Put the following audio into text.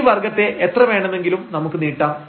ഈ വർഗ്ഗത്തെ എത്രവേണമെങ്കിലും നമുക്ക് നീട്ടാം